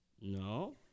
No